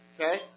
okay